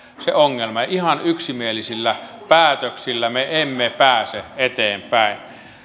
se ongelma ja ihan yksimielisillä päätöksillä me emme pääse eteenpäin